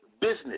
business